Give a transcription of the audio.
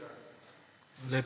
Hvala